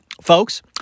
Folks